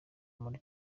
muli